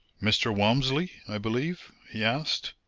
mr. walmsley, i believe? he asked.